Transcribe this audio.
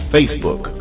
Facebook